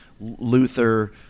luther